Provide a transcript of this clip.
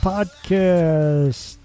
Podcast